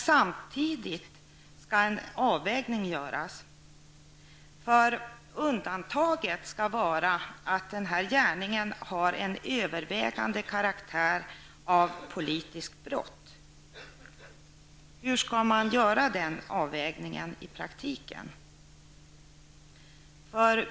Samtidigt skall en avvägning göras, för undantaget skall vara att gärningen till en övervägande del har karaktären av ett politiskt brott. Hur skall en sådan avvägning kunna ske i praktiken?